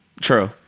True